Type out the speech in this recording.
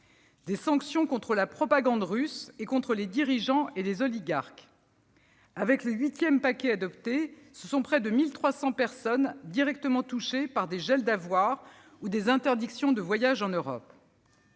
mais aussi contre la propagande russe et contre les dirigeants et les oligarques. Avec le huitième paquet adopté, ce sont près de 1 300 personnes directement touchées par des gels d'avoirs ou des interdictions de voyage en Europe.